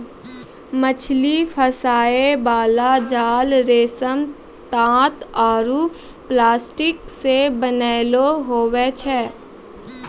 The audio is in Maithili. मछली फसाय बाला जाल रेशम, तात आरु प्लास्टिक से बनैलो हुवै छै